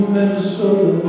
Minnesota